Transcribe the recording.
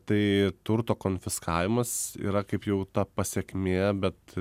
tai turto konfiskavimas yra kaip jau ta pasekmė bet